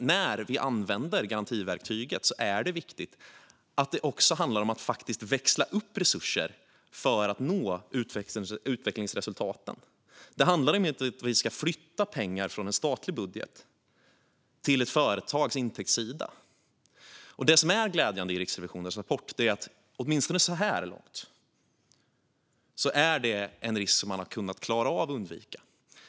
När vi använder garantiverktyget är det viktigt att det också handlar om att växla upp resurser för att nå utvecklingsresultat. Det handlar inte om att vi ska flytta pengar från en statlig budget till ett företags intäktssida. Det som är glädjande i Riksrevisionens rapport är att det, åtminstone så här långt, är en risk som man har kunnat klara av att undvika.